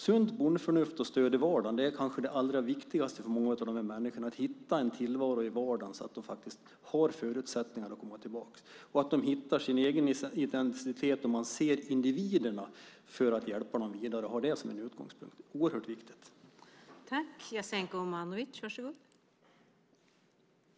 Sunt bondförnuft och stöd i vardagen är kanske det allra viktigaste för många av de här människorna. Det gäller att hitta en tillvaro i vardagen så att de faktiskt har förutsättningar att komma tillbaka. Det handlar om att hitta sin egen identitet, och man måste se individerna för att kunna hjälpa dem vidare. Det är oerhört viktigt att man har det som utgångspunkt.